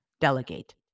Delegate